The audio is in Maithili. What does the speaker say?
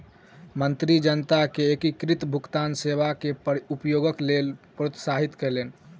मंत्री जनता के एकीकृत भुगतान सेवा के उपयोगक लेल प्रोत्साहित कयलैन